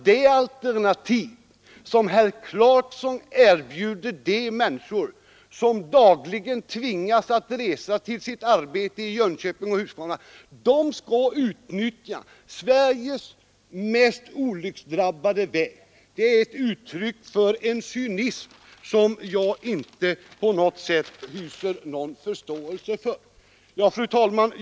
Det alternativ herr Clarkson erbjuder de människor som dagligen tvingas resa till sitt arbete i Jönköping och Huskvarna är alltså att de skall utnyttja en av Sveriges mest olycksdrabbade vägar. Det är uttryck för en cynism som jag inte hyser någon förståelse för.